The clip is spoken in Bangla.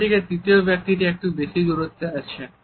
অন্যদিকে তৃতীয় ব্যাক্তিটি একটু বেশি দূরত্বে আছেন